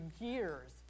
years